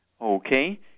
Okay